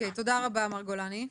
תודה רבה מר גולני.